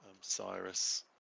cyrus